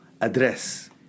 address